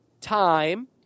time